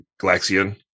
Galaxian